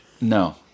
No